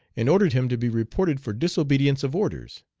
and ordered him to be reported for disobedience of orders,